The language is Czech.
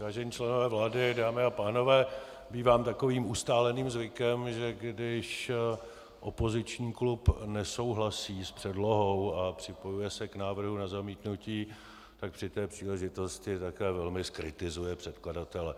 Vážení členové vlády, dámy a pánové, bývá takovým ustáleným zvykem, že když opoziční klub nesouhlasí s předlohou a připojuje se k návrhu na zamítnutí, tak při té příležitosti také velmi zkritizuje předkladatele.